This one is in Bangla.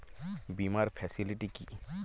বীমার ফেসিলিটি কি?